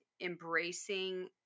embracing